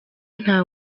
nta